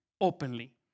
openly